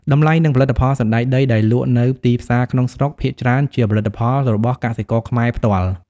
តម្លៃនិងផលិតផល សណ្ដែកដីដែលលក់នៅទីផ្សារក្នុងស្រុកភាគច្រើនជាផលិតផលរបស់កសិករខ្មែរផ្ទាល់។